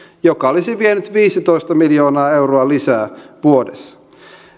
joka olisi vienyt viisitoista miljoonaa euroa lisää vuodessa